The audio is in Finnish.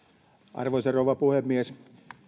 arvoisa rouva puhemies